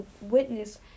witness